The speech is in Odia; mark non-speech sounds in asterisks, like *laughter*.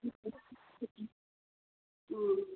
*unintelligible*